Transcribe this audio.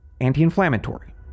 anti-inflammatory